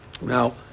Now